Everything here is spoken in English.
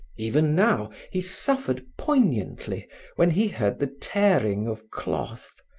even now he suffered poignantly when he heard the tearing of cloth,